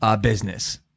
business